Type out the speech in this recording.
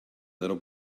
little